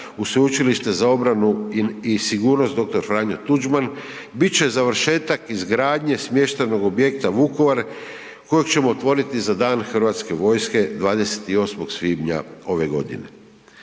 u Sveučilište za obranu i sigurnost dr. Franjo Tuđman, bit će završetak izgradnje smještajnog objekta Vukovar kojeg ćemo otvoriti za Dan Hrvatske vojske 28. svibnja ove godine.